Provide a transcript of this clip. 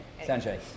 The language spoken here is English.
Sanjay